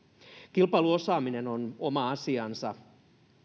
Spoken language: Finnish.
kilpailuosaaminen on oma asiansa